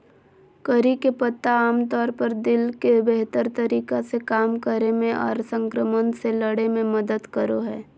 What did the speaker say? करी के पत्ता आमतौर पर दिल के बेहतर तरीका से काम करे मे आर संक्रमण से लड़े मे मदद करो हय